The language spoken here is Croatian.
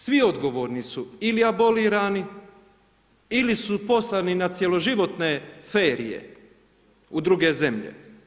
Svi odgovorni su ili abolirani ili su poslani na cjeloživotne ferije u druge zemlje.